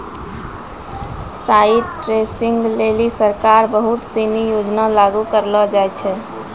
site testing लेलि सरकार बहुत सिनी योजना लागू करलें छै